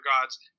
gods